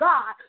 God